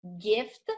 gift